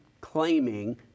claiming